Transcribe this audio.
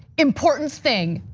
important thing.